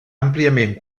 àmpliament